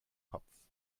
kopf